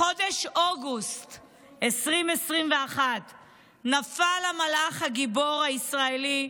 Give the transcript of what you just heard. בחודש אוגוסט 2021 נפל המלאך, הגיבור הישראלי,